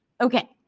Okay